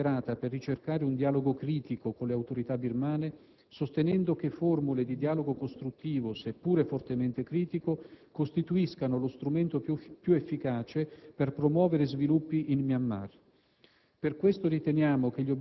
L'Italia si è costantemente adoperata per ricercare un dialogo critico con le autorità birmane, sostenendo che formule di dialogo costruttivo, seppure fortemente critico, costituiscano lo strumento più efficace per promuovere sviluppi in Myanmar.